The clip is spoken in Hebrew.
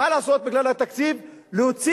מה לעשות בגלל התקציב?